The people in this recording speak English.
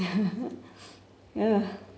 ya